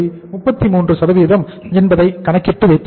33 சதவீதம் என்பதை கணக்கிட்டு வைத்துள்ளோம்